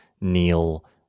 Neil